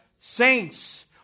saints